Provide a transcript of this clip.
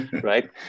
right